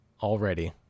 already